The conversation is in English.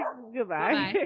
Goodbye